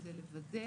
כדי לוודא